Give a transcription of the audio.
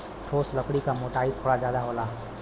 ठोस लकड़ी क मोटाई थोड़ा जादा होला